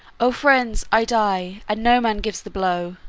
o friends, i die, and noman gives the blow.